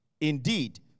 Indeed